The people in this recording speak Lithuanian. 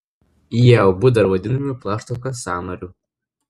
jie abu dar vadinami plaštakos sąnariu